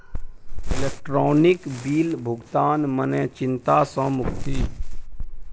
electronic bill भुगतान मने चिंता सँ मुक्ति